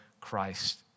Christ